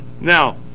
Now